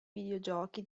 videogiochi